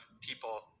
people